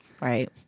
Right